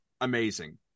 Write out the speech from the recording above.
amazing